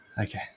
okay